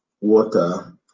Water